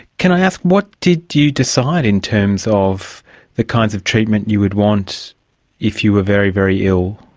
can i ask, what did you decide in terms of the kinds of treatment you would want if you were very, very ill?